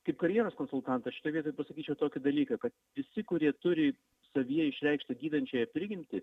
kaip karjeros konsultantas šitoj vietoj pasakyčiau tokį dalyką kad visi kurie turi savyje išreikštą gydančiąją prigimtį